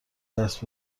دست